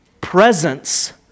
presence